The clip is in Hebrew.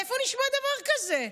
איפה נשמע דבר כזה?